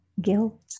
Guilt